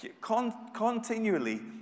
continually